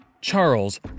Charles